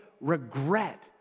regret